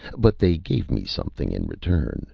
but they gave me something, in return